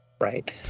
Right